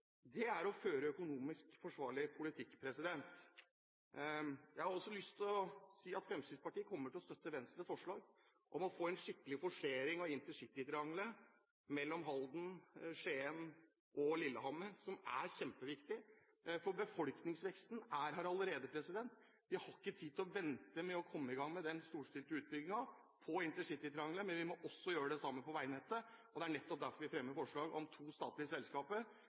Det er å føre økonomisk forsvarlig politikk. Jeg har også lyst til å si at Fremskrittspartiet kommer til å støtte Venstres forslag om å få en skikkelig forsering av intercitytriangelet mellom Halden, Skien og Lillehammer, som er kjempeviktig – for befolkningsveksten er her allerede. Vi har ikke tid til å vente med å komme i gang med den storstilte utbyggingen på intercitytriangelet. Men vi må også gjøre det samme på veinettet, og det er derfor vi fremmer forslag om to statlige selskaper